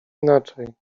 inaczej